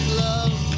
love